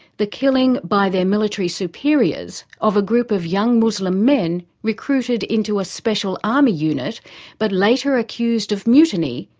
the killing by their military superiors of a group of young muslim men recruited into a special army unit but later accused of mutiny,